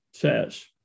says